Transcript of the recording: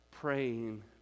praying